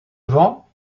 vent